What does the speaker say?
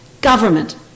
Government